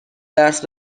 درس